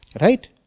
Right